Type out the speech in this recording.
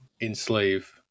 enslave